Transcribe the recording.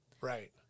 right